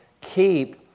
keep